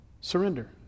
surrender